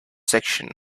section